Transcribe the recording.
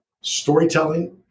storytelling